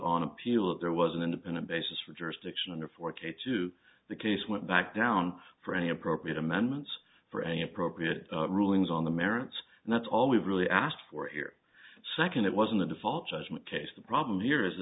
on appeal that there was an independent basis for jurisdiction or for k to the case went back down for any appropriate amendments for any appropriate rulings on the merits and that's all we really asked for here second it wasn't a default judgment case the problem here is